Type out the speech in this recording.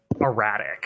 erratic